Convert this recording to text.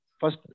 first